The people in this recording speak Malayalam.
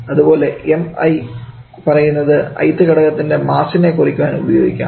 അതുപോലെ mi എന്നു പറയുന്നത് ith ഘടകത്തിൻറെ മാസിനെ കുറിക്കാൻ ഉപയോഗിക്കാം